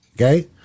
Okay